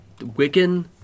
Wiccan